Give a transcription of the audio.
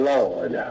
Lord